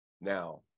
now